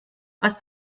was